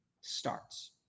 starts